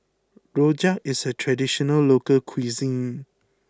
Rojak is a traditional local cuisine